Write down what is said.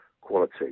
quality